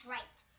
Right